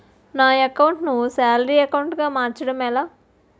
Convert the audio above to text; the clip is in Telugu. నా అకౌంట్ ను సాలరీ అకౌంట్ గా మార్చటం ఎలా?